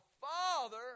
Father